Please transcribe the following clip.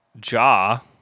Jaw